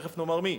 תיכף נאמר מי.